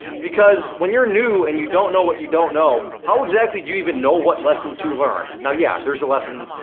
because when you're new and you don't know what you don't know, how exactly do you even know what lesson to learn? now yeah, there's a lesson,